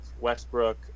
Westbrook